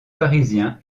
parisiens